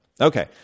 okay